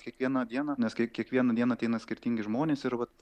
kiekvieną dieną nes kai kiekvieną dieną ateina skirtingi žmonės ir vat